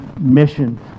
mission